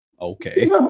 Okay